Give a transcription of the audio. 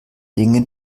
dinge